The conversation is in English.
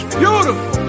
beautiful